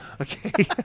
okay